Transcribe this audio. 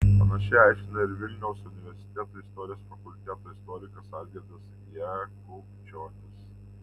panašiai aiškina ir vilniaus universiteto istorijos fakulteto istorikas algirdas jakubčionis